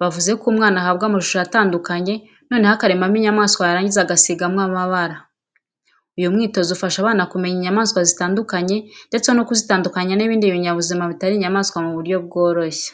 bavuze ko umwana ahabwa amashusho atandukanye noneho akarebamo inyamaswa yarangiza agasigamo amabara. Uyu mwitozo ufasha abana kumenya inyamaswa zitandukanye ndetse no kuzitandukanya n'ibindi binyabuzima bitari inyamaswa mu buryo bworoshye.